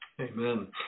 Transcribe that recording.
Amen